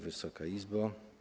Wysoka Izbo!